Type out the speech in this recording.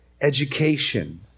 education